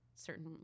Certain